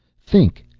think,